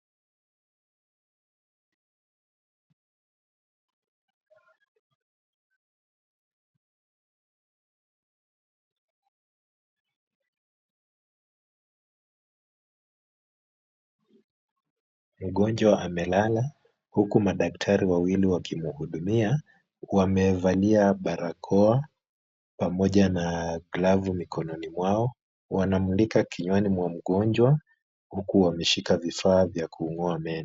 Mgonjwa amelala, hukolu madaktari wawili wakimhudumia, wamevalia barakoa pamoja na glavu mikononi mwao. Wanamulika kinywani mwa mgonjwa huku wameshika vifaa vya kung'oa meno.